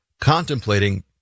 contemplating